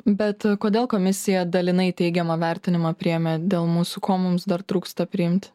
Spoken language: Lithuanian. bet kodėl komisija dalinai teigiamą vertinimą priėmė dėl mūsų ko mums dar trūksta priimt